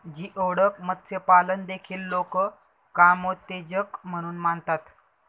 geoduck मत्स्यपालन देखील लोक कामोत्तेजक म्हणून मानतात